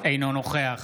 אינו נוכח